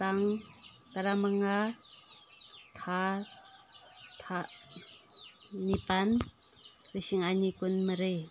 ꯇꯥꯡ ꯇꯔꯥ ꯃꯉꯥ ꯊꯥ ꯊꯥ ꯅꯤꯄꯥꯜ ꯂꯤꯁꯤꯡ ꯑꯅꯤ ꯀꯨꯟ ꯃꯔꯤ